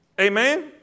Amen